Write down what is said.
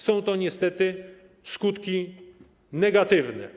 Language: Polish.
Są to niestety skutki negatywne.